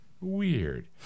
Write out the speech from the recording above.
weird